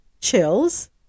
chills